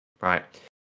Right